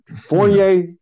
Fournier